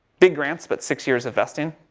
big grants, but six years investing.